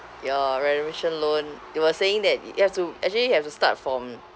your renovation loan you were saying that you have to actually have to start from